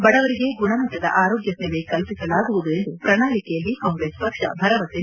ಬಡವರಿಗೆ ಗುಣಮಟ್ಟದ ಆರೋಗ್ಯ ಸೇವೆ ಕಲ್ಪಿಸಲಾಗುವುದು ಎಂದು ಪ್ರಣಾಳಿಕೆಯಲ್ಲಿ ಕಾಂಗ್ರೆಸ್ ಪಕ್ಷ ಭರವಸೆ ನೀಡಿದೆ